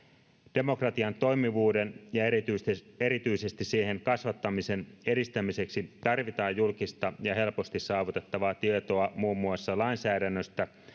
demokratian toimivuuden ja erityisesti erityisesti siihen kasvattamisen edistämiseksi tarvitaan julkista ja helposti saavutettavaa tietoa muun muassa lainsäädännöstä